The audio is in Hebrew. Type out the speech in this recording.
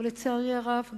ולצערי הרב,